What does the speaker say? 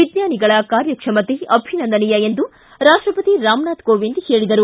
ವಿಜ್ಞಾನಿಗಳ ಕಾರ್ಯಕ್ಷಮತೆ ಅಭಿನಂದನೀಯ ಎಂದು ರಾಷ್ಷಪತಿ ರಾಮನಾಥ್ ಕೋವಿಂದ್ ಹೇಳಿದರು